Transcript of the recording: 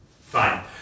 Fine